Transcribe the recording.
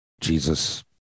Jesus